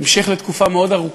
לא נמצא, חבר הכנסת אחמד טיבי,